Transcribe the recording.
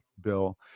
Bill